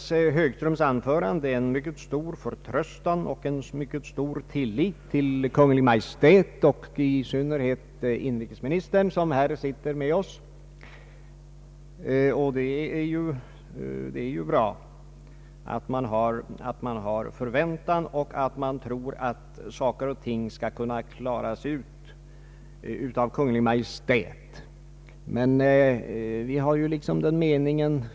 Herr Högströms anförande andades stor förtröstan och tillit till Kungl. Maj:t, i synnerhet till inrikesministern som sitter med oss här. Det är ju bra att det finns en förväntan och en tro på att saker och ting kan klaras av Kungl. Maj:t.